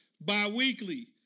bi-weekly